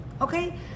Okay